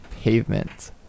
Pavement